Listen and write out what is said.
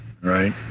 Right